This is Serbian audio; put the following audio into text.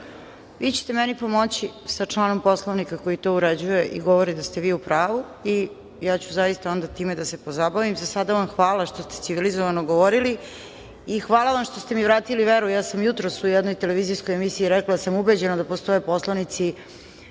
Vi ćete meni pomoći sa članom Poslovnika koji to uređuje i govori da ste vi u pravu i ja ću zaista onda time da se pozabavim.Za sada vam hvala što ste civilizovano govorili i hvala vam što ste mi vratili veru. Ja sam jutros u jednoj televizijskoj emisiji rekla da sam ubeđena da postoje poslanici